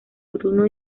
bruno